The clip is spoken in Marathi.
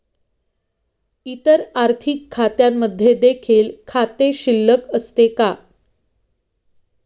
इतर आर्थिक खात्यांमध्ये देखील खाते शिल्लक असते का?